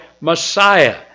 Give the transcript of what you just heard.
Messiah